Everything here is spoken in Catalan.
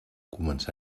comença